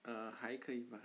err 还可以 bah